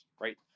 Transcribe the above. right